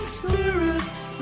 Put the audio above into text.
spirits